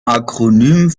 akronym